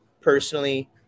personally